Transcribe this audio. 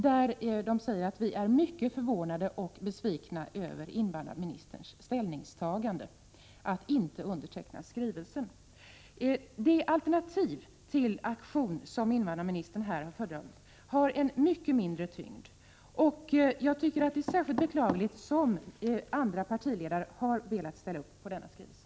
Där säger man: Vi är mycket förvånade och besvikna över invandrarministerns ställningstagande att inte underteckna skrivelsen. Alternativet till den aktion som invandrarministern här har fördömt har mycket mindre tyngd. Jag tycker att det hela är beklagligt, särskilt som andra partiledare har velat ställa upp på nämnda skrivelse.